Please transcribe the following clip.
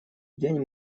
день